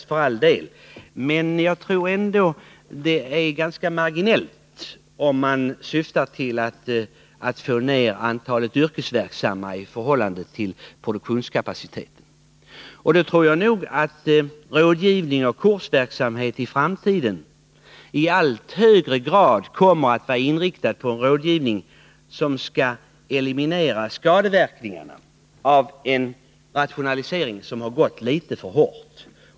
Ja, för all del, men jag tror ändå att det blir en ganska marginell åtgärd om man syftar till att få ned H antalet yrkesverksamma i förhållande till produktionskapaciteten. Jag tror att rådgivning och kursverksamhet i framtiden i allt högre grad kommer att inriktas på att eliminera skadeverkningarna av en rationalisering som har varit litet för hård.